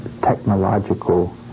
technological